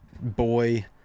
boy